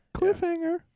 Cliffhanger